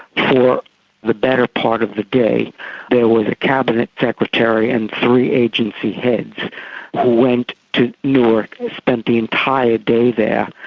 for the better part of the day there was a cabinet secretary and three agency heads who went to newark, spent the entire day there,